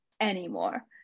anymore